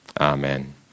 Amen